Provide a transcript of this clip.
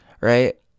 right